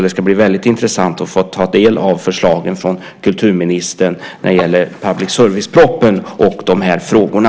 Det ska bli väldigt intressant att få ta del av förslagen från kulturministern när det gäller public service propositionen och de här frågorna.